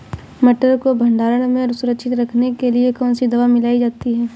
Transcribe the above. मटर को भंडारण में सुरक्षित रखने के लिए कौन सी दवा मिलाई जाती है?